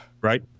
Right